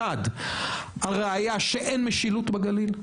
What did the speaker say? הדבק הראשון, הראיה שאין משילות בגליל.